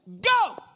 go